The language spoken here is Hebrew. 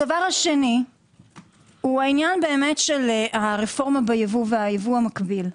הדבר השני הוא העניין של הרפורמה בייבוא והייבוא המקביל.